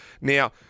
Now